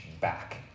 back